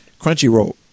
Crunchyroll